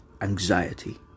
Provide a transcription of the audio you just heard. anxiety